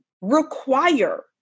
require